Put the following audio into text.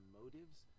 motives